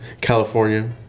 California